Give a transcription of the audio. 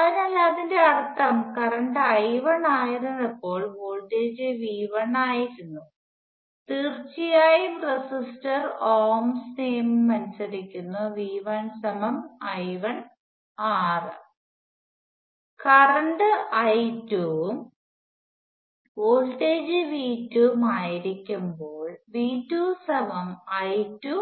അതിനാൽ അതിന്റെ അർത്ഥം കറന്റ് I1 ആയിരുന്നപ്പോൾ വോൾട്ടേജ് V1 ആയിരുന്നു തീർച്ചയായും റെസിസ്റ്റർ ഓംസ് നിയമം അനുസരിക്കുന്നു V1 I1 R ഉം കറന്റ് I2 ഉം വോൾട്ടേജ് v2 ഉം ആയിരിക്കുമ്പോൾ V2 I2